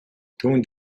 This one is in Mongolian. түүнд